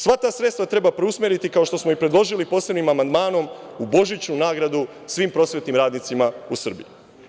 Sva ta sredstva treba preusmeriti, kao što smo i predložili posebnim amandmanom, u božićnu nagradu svim prosvetnim radnicima u Srbiji.